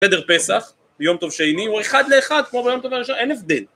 סדר פסח ביום טוב שני הוא אחד לאחד כמו ביום טוב הראשון. אין הבדל.